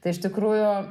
tai iš tikrųjų